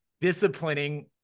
disciplining